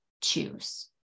choose